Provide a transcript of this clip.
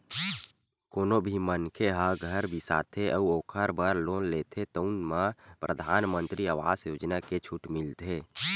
कोनो भी मनखे ह घर बिसाथे अउ ओखर बर लोन लेथे तउन म परधानमंतरी आवास योजना के छूट मिलथे